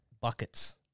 Buckets